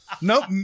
nope